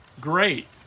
Great